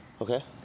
Okay